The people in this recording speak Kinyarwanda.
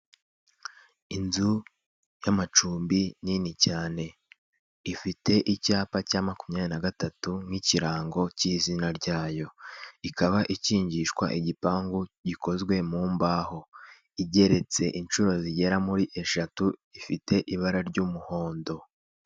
Inzu y'amacumbi nini cyane, ifite icyapa cya makumyabiri na gatatu nk'ikirango cy'izina ryayo, ikaba ikingishwa igipangu gikozwe mu mbaho igeretse inshuro zigera kuri eshatu ifite ibara ry'umuhondo.